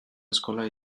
eskola